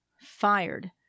fired